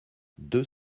deux